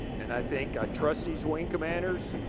and i think i trust these wing commanders.